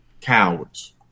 cowards